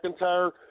McIntyre